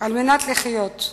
על מנת לחיות.